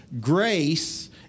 grace